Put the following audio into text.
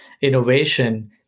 innovation